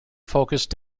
focused